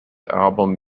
album